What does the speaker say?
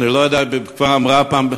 אני לא יודע אם היא כבר אמרה פעם,